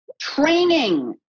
training